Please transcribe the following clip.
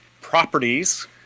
properties